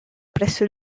presso